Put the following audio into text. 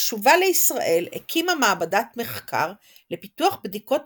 בשובה לישראל הקימה מעבדת מחקר לפיתוח בדיקות